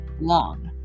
long